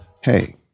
Hey